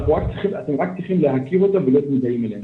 אתם רק צריכים להכיר אותם ולהיות מודעים להם.